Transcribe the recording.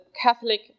Catholic